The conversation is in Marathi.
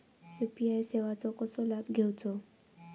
यू.पी.आय सेवाचो कसो लाभ घेवचो?